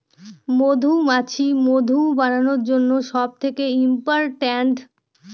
মধুমাছি মধু বানানোর জন্য সব থেকে ইম্পোরট্যান্ট